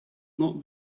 not